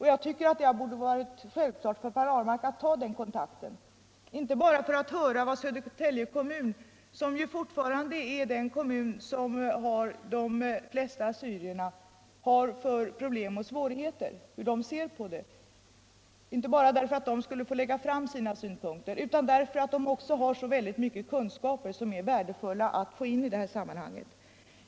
Jag tycker att det borde ha varit självklart för Per Ahlmark att ta den kontakten — inte bara för att Södertälje kommun, som ju fortfarande är den kommun som har de flesta assyriska invandrarna, skulle få lägga fram sina synpunkter och redogöra för de svårigheter och problem som uppstått, utan också därför att man har så mycket kunskaper som är värdefulla att få del av i dessa sammanhang.